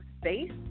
space